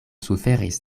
suferis